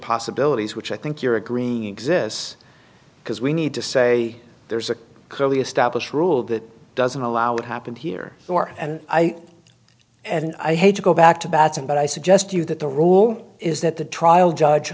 possibilities which i think you're agreeing exists because we need to say there's a clearly established rule that doesn't allow what happened here and i and i hate to go back to baton but i suggest you that the rule is that the trial judge